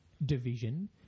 Division